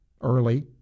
early